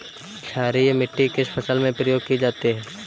क्षारीय मिट्टी किस फसल में प्रयोग की जाती है?